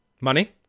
money